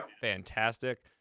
fantastic